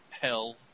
hell